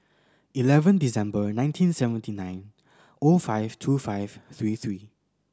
eleven December nineteen seventy nine O five two five three three